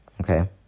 okay